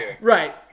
right